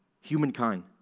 Humankind